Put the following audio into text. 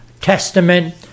Testament